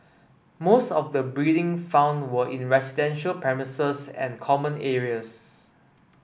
most of the breeding found were in residential premises and common areas